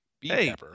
hey